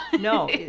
No